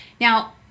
Now